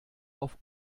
auf